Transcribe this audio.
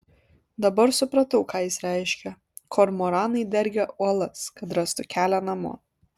dabar supratau ką jis reiškia kormoranai dergia uolas kad rastų kelią namo